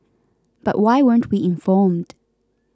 but why weren't we informed